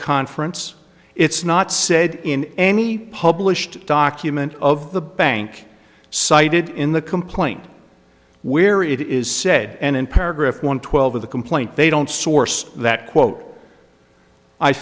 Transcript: conference it's not said in any published document of the bank cited in the complaint where it is said and in paragraph one twelve of the complaint they don't source that quote i